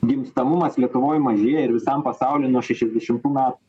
gimstamumas lietuvoj mažėja ir visam pasauly nuo šešiasdešimtų metų